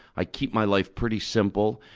i keep my life pretty simple,